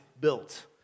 built